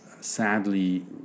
sadly